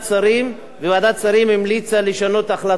וועדת שרים המליצה לשנות החלטה קודמת,